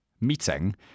meeting